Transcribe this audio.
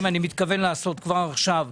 אני מתכוון לעשות כבר עכשיו,